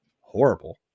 horrible